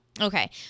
Okay